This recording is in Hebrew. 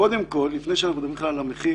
קודם כל, לפני הצעת המחיר,